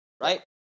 right